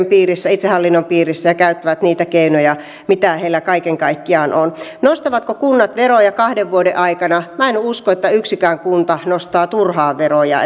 piirissä itsehallinnon piirissä ja käyttävät niitä keinoja mitä heillä kaiken kaikkiaan on nostavatko kunnat veroja kahden vuoden aikana minä en usko että yksikään kunta nostaa turhaan veroja